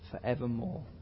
forevermore